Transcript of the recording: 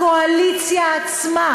הקואליציה עצמה,